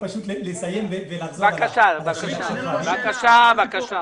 אין תקציב לזה, נקבע שזה מימון עקיף.